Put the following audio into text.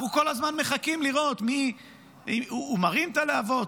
אנחנו כל הזמן מחכים לראות: הוא מרים את הלהבות?